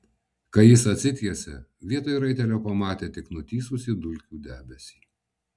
kai jis atsitiesė vietoj raitelio pamatė tik nutįsusį dulkių debesį